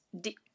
D-